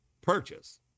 purchase